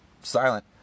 silent